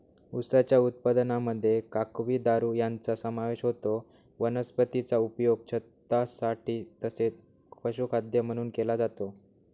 उसाच्या उत्पादनामध्ये काकवी, दारू यांचा समावेश होतो वनस्पतीचा उपयोग छतासाठी तसेच पशुखाद्य म्हणून केला जातो